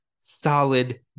solid